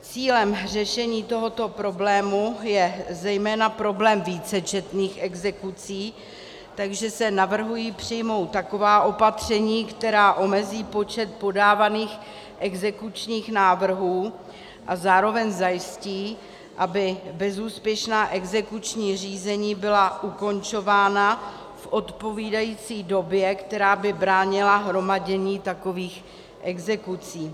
Cílem řešení tohoto problému je zejména problém vícečetných exekucí, takže se navrhují přijmout taková opatření, která omezí počet podávaných exekučních návrhů a zároveň zajistí, aby bezúspěšná exekuční řízení byla ukončována v odpovídající době, která by bránila hromadění takových exekucí.